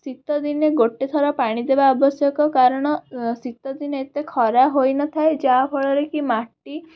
ଶୀତଦିନେ ଗୋଟେ ଥର ପାଣିଦେବା ଆବଶ୍ୟକ କାରଣ ଶୀତଦିନେ ଏତେ ଖରା ହୋଇନଥାଏ ଯାହା ଫଳରେକି ମାଟି